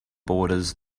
borders